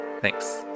Thanks